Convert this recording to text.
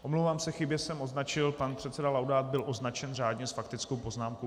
Omlouvám se, chybně jsem označil pan předseda Laudát byl označen řádně, s faktickou poznámkou přihlášen.